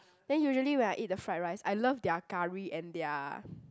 then usually when I eat the fried rice I love their curry and their